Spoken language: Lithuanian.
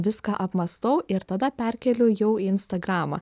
viską apmąstau ir tada perkeliu jau į instagramą